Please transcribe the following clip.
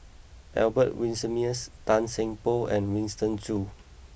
Albert Winsemius Tan Seng Poh and Winston Choos